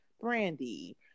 Brandy